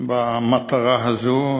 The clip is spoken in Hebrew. במטרה הזאת.